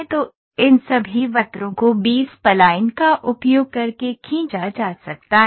तो इन सभी वक्रों को बी स्पलाइन का उपयोग करके खींचा जा सकता है